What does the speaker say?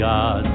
God